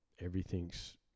everything's